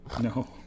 No